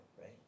right